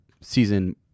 season